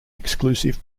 exclusive